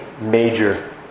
major